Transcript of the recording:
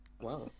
Wow